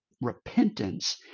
repentance